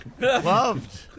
loved